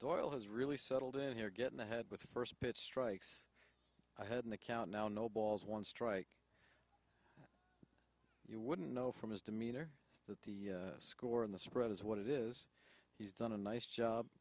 once doyle has really settled in here getting ahead with the first pitch strikes i had in the count now no balls one strike you wouldn't know from his demeanor that the score in the spread is what it is he's done a nice job